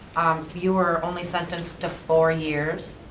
you were only sentence to four years.